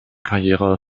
karriere